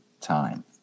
time